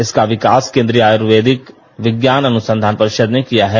इसका विकास केन्द्रीय आयुर्वैदिक विज्ञान अनुसंधान परिषद ने किया है